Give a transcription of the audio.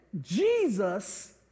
Jesus